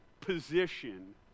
position